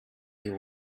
you